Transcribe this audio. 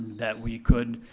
that we could,